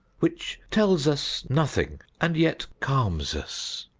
which tells us nothing and yet calms us?